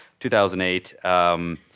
2008